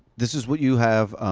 this is what you have.